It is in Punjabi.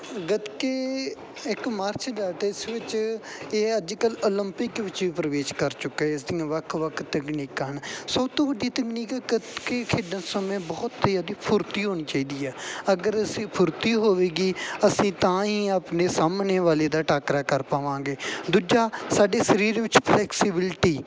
ਗਤਕੇ ਇੱਕ ਜਿਸ ਵਿੱਚ ਇਹ ਅੱਜ ਕੱਲ੍ਹ ਓਲੰਪਿਕ ਵਿੱਚ ਪ੍ਰਵੇਸ਼ ਕਰ ਚੁੱਕਾ ਇਸ ਦੀਆਂ ਵੱਖ ਵੱਖ ਤਕਨੀਕਾਂ ਹਨ ਸਭ ਤੋਂ ਵੱਡੀ ਤਕਨੀਕ ਹੈ ਗਤਕੇ ਖੇਡਣ ਸਮੇਂ ਬਹੁਤ ਜ਼ਿਆਦਾ ਫੁਰਤੀ ਹੋਣੀ ਚਾਹੀਦੀ ਹੈ ਅਗਰ ਅਸੀਂ ਫੁਰਤੀ ਹੋਵੇਗੀ ਅਸੀਂ ਤਾਂ ਹੀ ਆਪਣੇ ਸਾਹਮਣੇ ਵਾਲੇ ਦਾ ਟਾਕਰਾ ਕਰ ਪਾਵਾਂਗੇ ਦੂਜਾ ਸਾਡੇ ਸਰੀਰ ਵਿੱਚ ਫਲੈਕਸੀਬਿਲਿਟੀ